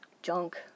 junk